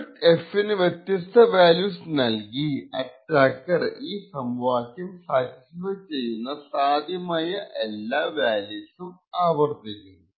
fault f ന് വ്യത്യസ്ത values നൽകി അറ്റാക്കർ ഈ സമവാക്യം സാറ്റിസ്ഫൈ ചെയ്യുന്ന സാധ്യമായ എല്ലാ വാല്യൂസും ആവർത്തിക്കുന്നു